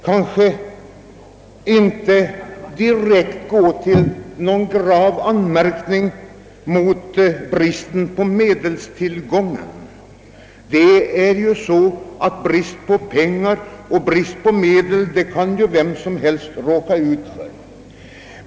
Jag vill inte rikta någon grav anmärkning mot det förhållandet att det råder brist på medel — penningbrist kan ju vem som helst råka ut för.